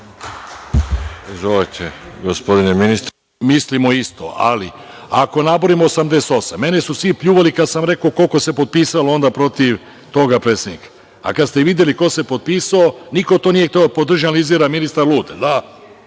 Mislimo isto, ali ako nabrojimo „88“, mene su svi pljuvali kada sam rekao koliko se potpisalo onda protiv tog predsednika. Kada ste videli ko se potpisao, niko to nije hteo da podrži, analizira – ministar lud.